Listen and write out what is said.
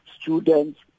students